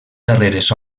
darreres